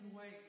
wait